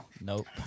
nope